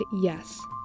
yes